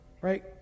Right